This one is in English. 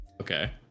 Okay